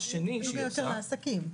זה נודע יותר לעסקים.